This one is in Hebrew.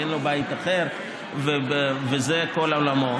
כי אין לו בית אחר וזה כל עולמו,